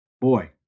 Boy